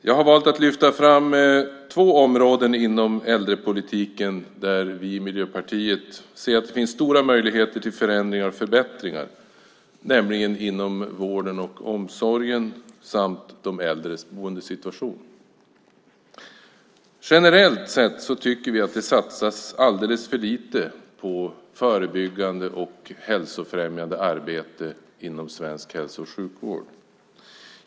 Jag har valt att lyfta fram två områden inom äldrepolitiken där vi i Miljöpartiet ser att det finns stora möjligheter till förändringar och förbättringar, nämligen inom vården och omsorgen samt de äldres boendesituation. Generellt sett tycker vi att det satsas alldeles för lite på förebyggande och hälsofrämjande arbete inom svensk hälso och sjukvård.